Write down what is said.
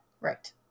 Right